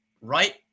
right